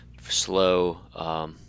slow